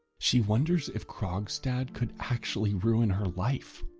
she wonders if krogstad could actually ruin her life.